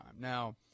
now